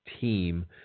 team